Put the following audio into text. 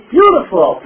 Beautiful